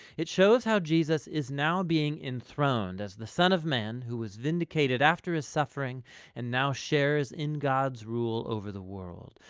it shows how jesus is now being enthroned as the son of man, who was vindicated after his suffering and now shares in god's rule over the world.